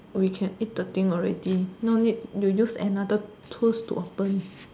we can eat the thing already no need to use another tools to open